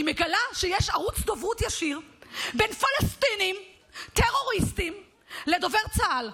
אני מגלה שיש ערוץ דוברות ישיר בין פלסטינים טרוריסטים לדובר צה"ל,